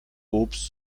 obst